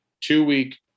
two-week